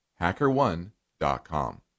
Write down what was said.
Hackerone.com